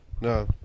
no